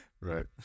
Right